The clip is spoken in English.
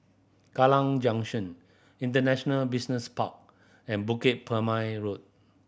Kallang Junction International Business Park and Bukit Purmei Road